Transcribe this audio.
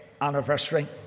anniversary